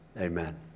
Amen